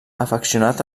afeccionat